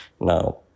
Now